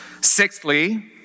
Sixthly